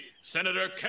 Senator